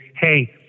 hey